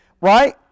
right